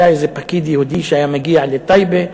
היה איזה פקיד יהודי שהיה מגיע לטייבה,